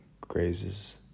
grazes